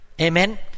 Amen